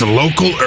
local